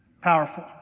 Powerful